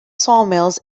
sawmills